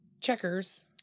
checkers